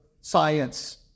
science